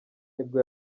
nibwo